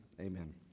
amen